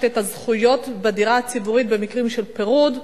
את הזכויות בדירה הציבורית במקרים של פירוד,